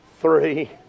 three